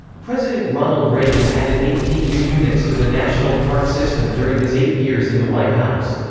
president ronald reagan added eighteen new units to the national park system during his eight years in the white house.